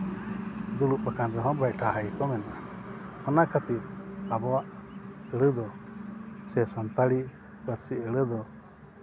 ᱫᱩᱲᱩᱵ ᱟᱠᱟᱱ ᱨᱮᱦᱚᱸ ᱵᱮᱭᱴᱷᱟ ᱜᱮᱠᱚ ᱢᱮᱱᱟ ᱚᱱᱟ ᱠᱷᱟᱹᱛᱤᱨ ᱟᱵᱚᱣᱟᱜ ᱟᱹᱲᱟ ᱫᱚ ᱥᱮ ᱥᱟᱱᱛᱟᱲᱤ ᱯᱟᱹᱨᱥᱤ ᱟᱹᱲᱟᱹ ᱫᱚ